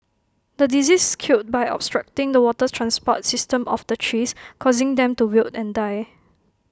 the disease killed by obstructing the water transport system of the trees causing them to wilt and die